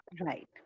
Right